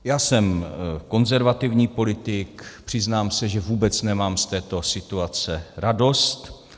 Já jsem konzervativní politik, přiznám se, že vůbec nemám z této situace radost.